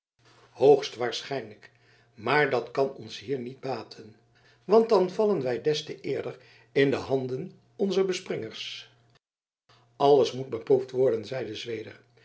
hoogstwaarschijnlijk maar dat kan ons hier niet baten want dan vallen wij des te eerder in de handen onzer bespringers alles moet beproefd worden zeide zweder